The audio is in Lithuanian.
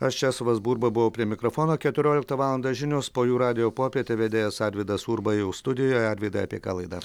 aš česlovas burba buvau prie mikrofono keturioliktą valandą žinios po jų radijo popietė vedėjas arvydas urba jau studijoje arvydai apie ką laida